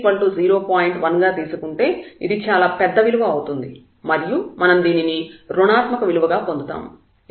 1 గా తీసుకుంటే ఇది చాలా పెద్ద విలువ అవుతుంది మరియు మనం దీనిని రుణాత్మక నెగెటివ్ విలువగా పొందుతాము ఎందుకంటే h 0